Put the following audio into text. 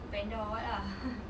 foodpanda or what ah